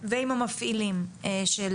ועם המפעילים של